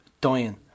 dying